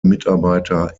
mitarbeiter